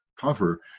cover